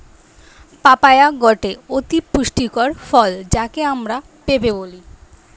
papaya গটে অতি পুষ্টিকর ফল যাকে আমরা পেঁপে বলি